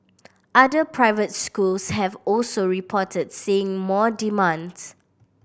other private schools have also reported seeing more demands